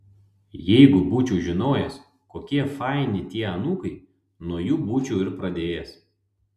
jeigu būčiau žinojęs kokie faini tie anūkai nuo jų būčiau ir pradėjęs